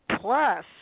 plus